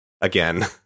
again